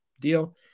deal